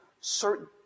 certain